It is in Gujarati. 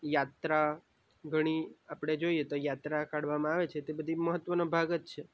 યાત્રા ઘણી આપણે જોઈએ તો યાત્રા કાઢવામાં આવે છે તે બધી મહત્ત્વનો ભાગ જ છે